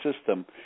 system